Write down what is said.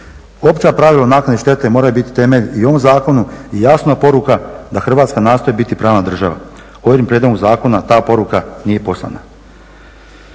Opća pravila o naknadi šteti moraju biti temelj i ovom zakonu i jasna poruka da Hrvatska nastoji biti pravna država. Ovim prijedlogom zakona ta poruka nije poslana.